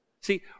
See